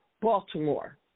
Baltimore